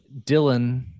Dylan